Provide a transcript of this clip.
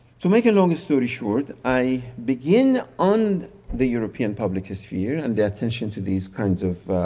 to make a long story short, i begin on the european public sphere and the attention to these kinds of